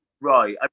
right